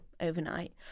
overnight